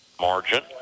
margin